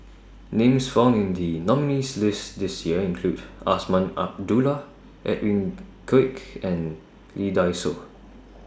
Names found in The nominees' list This Year include Azman Abdullah Edwin Koek and Lee Dai Soh